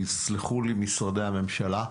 יסלחו לי משרדי הממשלה,